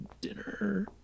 dinner